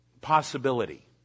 possibility